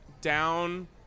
down